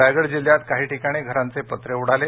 रायगड जिल्हायात काही ठिकाणी घरांचे पत्रे उडाले